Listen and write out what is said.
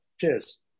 Cheers